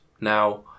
Now